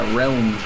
realm